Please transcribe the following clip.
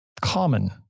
common